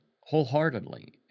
wholeheartedly